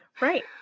right